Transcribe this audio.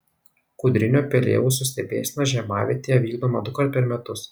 kūdrinio pelėausio stebėsena žiemavietėje vykdoma dukart per metus